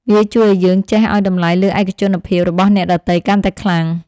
វាជួយឱ្យយើងចេះឱ្យតម្លៃលើឯកជនភាពរបស់អ្នកដទៃកាន់តែខ្លាំង។